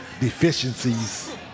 deficiencies